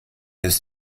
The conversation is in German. ist